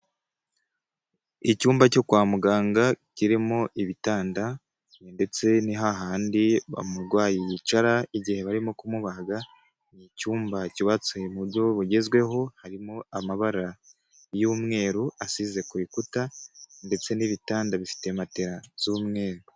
Icyumba cyo kwa muganga kirimo ibitanda, ndetse ni hahandi aumurwayi yicara igihe barimo kumubaga. Ni icyumba cyubatse mu buryo bugezweho, harimo amabara y'umweru asize ku bikuta ndetse n'ibitanda bifite matera z'umweru.